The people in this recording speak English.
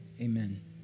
Amen